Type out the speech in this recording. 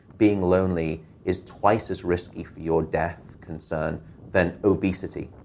being lonely is twice as risky for your death concern than obesity.